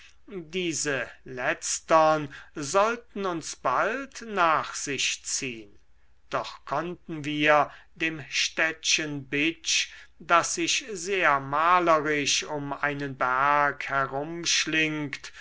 diese letztern sollten uns bald nach sich ziehn doch konnten wir dem städtchen bitsch das sich sehr malerisch um einen berg herumschlingt